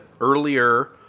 earlier